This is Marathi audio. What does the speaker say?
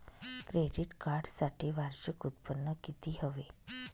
क्रेडिट कार्डसाठी वार्षिक उत्त्पन्न किती हवे?